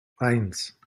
eins